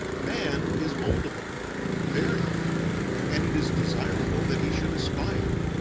man is moldable very and it is desirable that he should aspire.